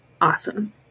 Awesome